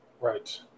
Right